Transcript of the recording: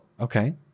okay